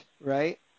right